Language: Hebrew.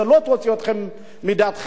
לא תוציא אתכם מדעתכם.